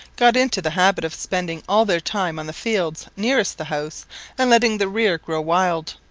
got into the habit of spending all their time on the fields nearest the house and letting the rear grow wild.